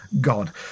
God